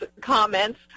comments